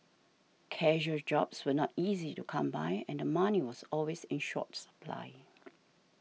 casual jobs were not easy to come by and the money was always in short supply